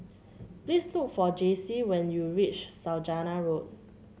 please look for Jaycie when you reach Saujana Road